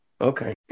Okay